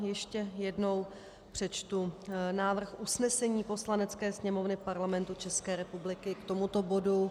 Ještě jednou přečtu návrh usnesení Poslanecké sněmovny Parlamentu České republiky k tomuto bodu.